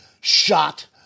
shot